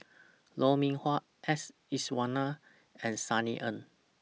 Lou Mee Wah S Iswaran and Sunny Ang